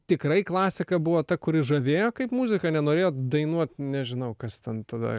tikrai klasika buvo ta kuri žavėjo kaip muzika nenorėjot dainuot nežinau kas ten tada